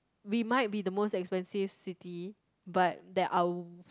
we might be the most expensive city but there are w~